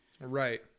Right